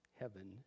heaven